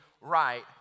right